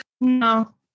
No